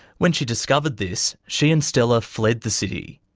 when she discovered this, she and stella fled the city.